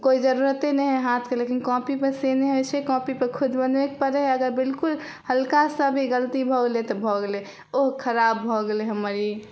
कोइ जरूरते नहि हइ हाथके लेकिन कॉपीसँ नहि होइ छै कॉपीपर खुद बनबयके पड़य हइ अगर बिलकुल हल्का सा भी गलती भऽ गेलय तऽ भऽ गेलय ओ खराब भऽ गेलय हम्मर ई